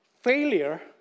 Failure